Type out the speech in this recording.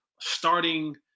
starting